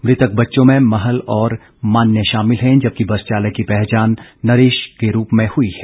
मृतक बच्चों में महल और मान्य शामिल हैं जबकि बेस चालक की पहचान नरेश के रूप में हई है